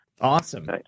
Awesome